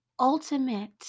ultimate